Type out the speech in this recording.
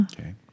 Okay